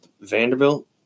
Vanderbilt